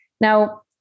Now